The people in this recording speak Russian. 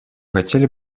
хотели